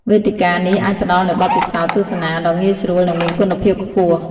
វេទិកានេះអាចផ្តល់នូវបទពិសោធន៍ទស្សនាដ៏ងាយស្រួលនិងមានគុណភាពខ្ពស់។